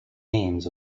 names